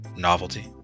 Novelty